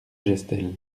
gestel